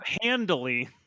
handily